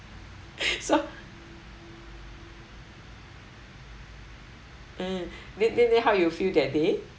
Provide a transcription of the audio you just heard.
so uh then then then how you feel that day